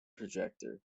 projector